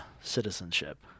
citizenship